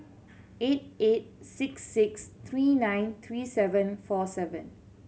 eight eight six six three nine three seven four seven